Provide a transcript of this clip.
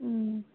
ꯎꯝ